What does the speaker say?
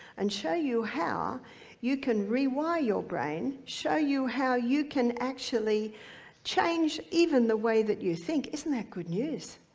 and show you how you can rewire your brain, show you how you can actually change even the way that you think, isn't that good news?